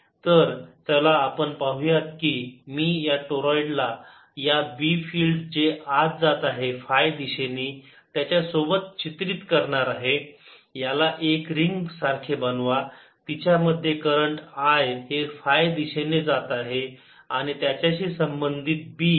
B0J A B तर चला आपण पाहुयात की मी या टोराईड ला या B फिल्ड जे जात आहे फाय दिशेनी त्याच्यासोबत चित्रित करणार आहे याला एक रिंग सारखे बनवा तिच्या मध्ये करंट I हे फाय दिशेने जात आहे आणि त्याच्याशी संबंधित B